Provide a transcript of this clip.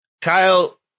Kyle